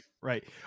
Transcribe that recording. right